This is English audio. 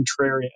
contrarian